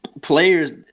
Players –